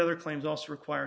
other claims also require